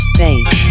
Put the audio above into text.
bass